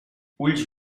ulls